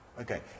Okay